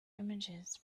images